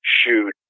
shoot